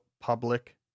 public